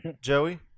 Joey